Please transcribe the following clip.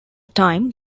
time